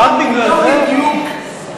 הניסיון,